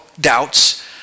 doubts